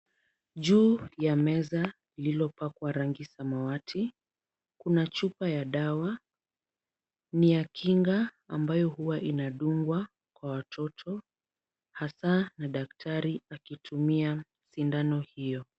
Juu ya meza lililopakwa rangi ya samawati, kuna chupa ya dawa, ni ya kinga ambayo huwa inadungwa kwa watoto hasa na daktari akitumia sindano hio.